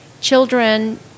children